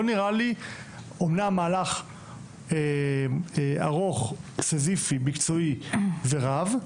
אמנם מהלך ארוך, סיזיפי, מקצועי ורב,